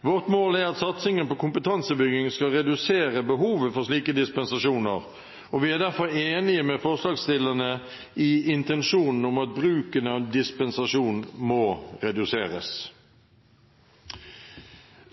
Vårt mål er at satsingen på kompetansebygging skal redusere behovet for slike dispensasjoner, og vi er derfor enig med forslagsstillerne i intensjonen om at bruken av dispensasjon må reduseres.